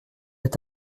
est